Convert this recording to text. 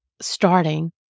starting